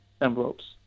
envelopes